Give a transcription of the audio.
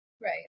Right